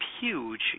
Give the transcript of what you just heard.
huge